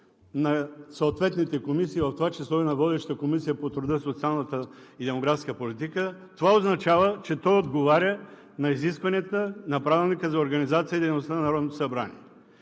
на съответните комисии, в това число и на водещата Комисия по труда, социалната и демографската политика, това означава, че той отговаря на изискванията на Правилника за организацията и